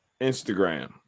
Instagram